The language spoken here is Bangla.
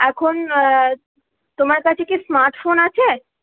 এখন তোমার কাছে কি স্মার্টফোন আছে